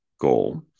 goal